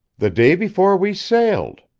the day before we sailed.